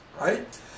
right